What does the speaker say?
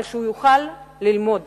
אבל שהוא יוכל ללמוד